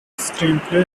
screenplay